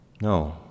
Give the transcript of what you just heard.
No